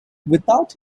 without